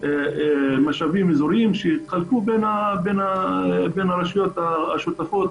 משאבים אזוריים, שיתחלקו בין הרשויות המשותפות.